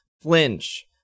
flinch